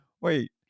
wait